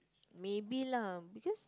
maybe lah because